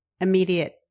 immediate